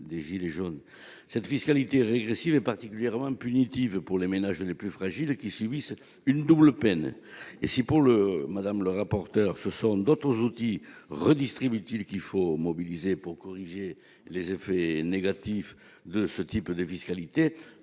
des « gilets jaunes ». Cette fiscalité régressive est particulièrement punitive pour les ménages les plus fragiles, qui subissent une double peine. Si, pour Mme le rapporteur, il faut mobiliser d'autres outils redistributifs pour corriger les effets négatifs de ce type de fiscalité,